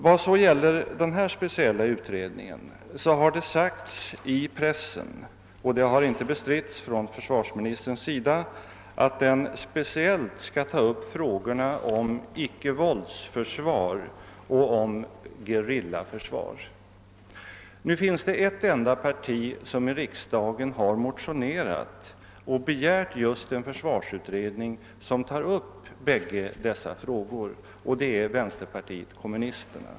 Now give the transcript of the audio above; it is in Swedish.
Vad gäller denna speciella utredning har det framhållits i pressen — och det har inte bestritts av försvarsministern — att den skall ta upp frågorna om ickevåldsförsvar och om gerillaförsvar. Nu är det i riksdagen ett enda parti som har motionerat och begärt en försvarsutredning som tar upp båda dessa frågor, och det är vänsterpartiet kommunisterna.